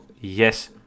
yes